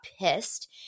pissed